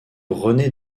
rené